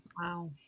Wow